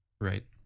right